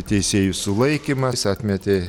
teisėjų sulaikymas atmetė